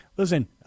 Listen